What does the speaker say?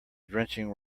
drenching